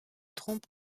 trompe